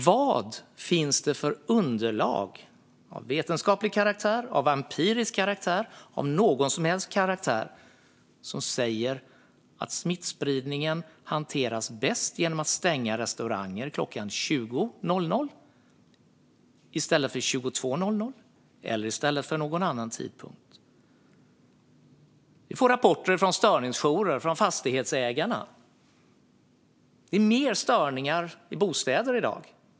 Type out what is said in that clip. Vad finns det för underlag av vetenskaplig, empirisk eller av någon som helst karaktär som säger att smittspridningen hanteras bäst genom att stänga restauranger klockan 20 i stället för klockan 22 eller någon annan tidpunkt? Vi får rapporter från störningsjourer och fastighetsägare om att det är mer störningar i bostäder i dag.